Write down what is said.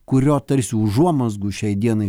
kurio tarsi užuomazgų šiai dienai